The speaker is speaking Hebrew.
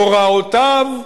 הוראותיו.